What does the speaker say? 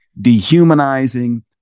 dehumanizing